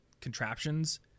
contraptions